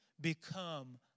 become